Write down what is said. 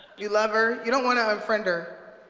you love her. you don't wanna unfriend her,